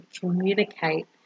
communicate